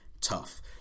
tough